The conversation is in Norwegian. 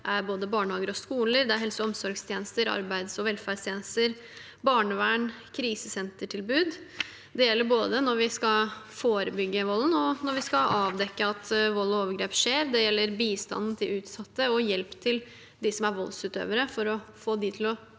Det er både barnehager og skoler, helse- og omsorgstjenester, arbeids- og velferdstjenester, barnevern og krisesentertilbud. Det gjelder både når vi skal forebygge volden, og når vi skal avdekke at vold og overgrep skjer. Det gjelder bistand til utsatte og hjelp til voldsutøvere for å få dem til å